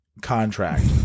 contract